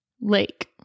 Lake